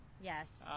Yes